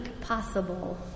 possible